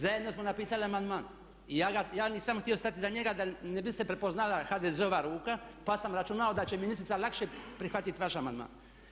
Zajedno smo napisali amandman i ja nisam htio stati iza njega da ne bi se prepoznala HDZ-ova ruka pa sam računao da će ministrica lakše prihvatiti vaš amandman.